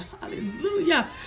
Hallelujah